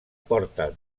porta